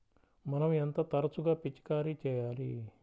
మనం ఎంత తరచుగా పిచికారీ చేయాలి?